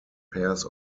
pairs